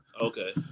Okay